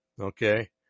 okay